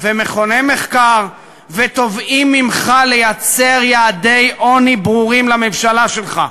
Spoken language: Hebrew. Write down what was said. ומכוני מחקר ותובעים ממך לייצר יעדי עוני ברורים לממשלה שלך,